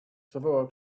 zawołał